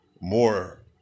more